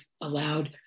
allowed